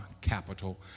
capital